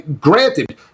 granted